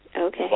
Okay